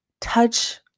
touch